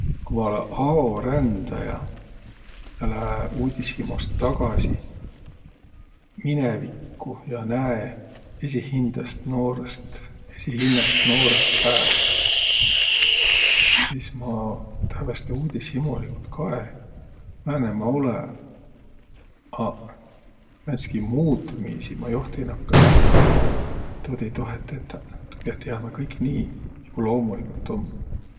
Ku ma olõ aorändäjä ja lää uudishimost tagasi minevikku ja näe esiqhindäst noorõst, esiqhinnäst noorõstpääst, sis ma tävveste uudishimoligult kae, määne ma olõ. Aq määntsitki muutmiisi ma joht ei nakkaq sääl tegemä. Tuud ei toheq tetäq. Tuu piät jäämä kõik nii naigu loomuligult um.